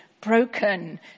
broken